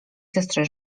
zastrze